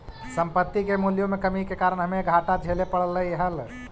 संपत्ति के मूल्यों में कमी के कारण हमे घाटा झेले पड़लइ हल